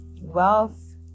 wealth